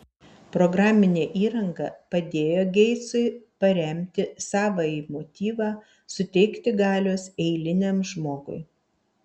programinė įranga padėjo geitsui paremti savąjį motyvą suteikti galios eiliniam žmogui